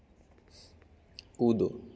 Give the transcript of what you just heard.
कूदो